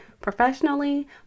Professionally